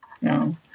No